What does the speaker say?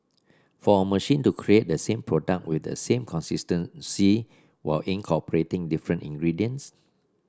for a machine to create the same product with the same consistency while incorporating different ingredients